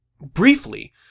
Briefly